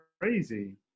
crazy